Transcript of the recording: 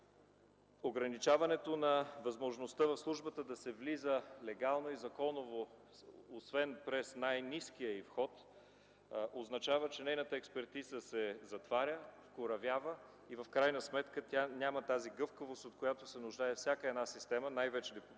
Ограничаването на възможността в службата да се влиза легално и законово, освен през най-ниския й вход, означава, че нейната експертиза се затваря, вкоравява и в крайна сметка тя няма тази гъвкавост, от която се нуждае всяка една система, най-вече системата